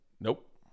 Nope